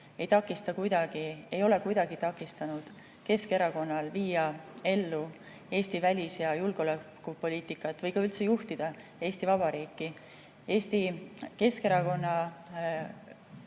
ei ole kuidagi takistanud Keskerakonnal viia ellu Eesti välis‑ ja julgeolekupoliitikat või üldse juhtida Eesti Vabariiki. Eesti Keskerakonna